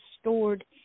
stored